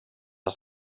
jag